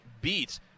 beat